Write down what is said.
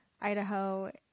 Idaho